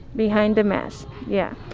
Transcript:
behind a mask, yeah,